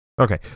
Okay